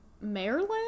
Maryland